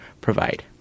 provide